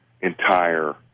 entire